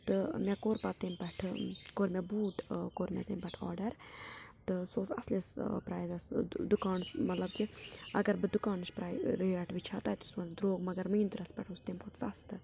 تہِ مےٚ کوٚر پتہٕ تمہِ پٮ۪ٹھٕ کوٚر مےٚ بوٗٹ کوٚر مےٚ تمہِ پٮ۪ٹھ آرڈر تہِ سُہ اوس اصلِس پرایزس دُکانس مطلب کہِ آگر بہِ دُکانٕچ پرا ریٹ وُچھ ہا تتہِ اوس یوان درٛوگ مگر منترا ہس پٮ۪ٹھ اوس تمہٕ کھۄتہٕ سستہٕ